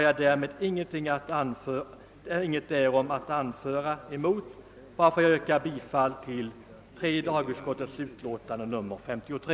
Jag har ingenting att anföra emot att sådana åtgärder vidtas, och jag hoppas att de skall ge önskat resultat. Jag vill därför yrka bifall till tredje lagutskottets utlåtande nr 53.